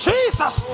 Jesus